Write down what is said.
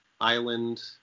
island